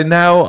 now